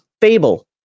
fable